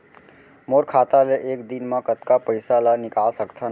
मोर खाता ले एक दिन म कतका पइसा ल निकल सकथन?